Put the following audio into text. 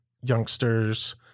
youngsters